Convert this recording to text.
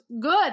good